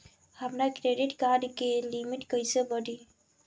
हमार credit card के limit कइसे बढ़ी?